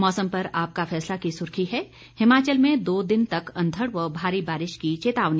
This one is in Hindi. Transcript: मौसम पर आपका फैसला की सुर्खी है हिमाचल में दो दिन तक अंधड़ व भारी बारिश की चेतावनी